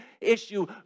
issue